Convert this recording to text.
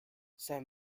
some